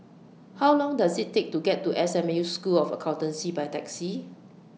How Long Does IT Take to get to S M U School of Accountancy By Taxi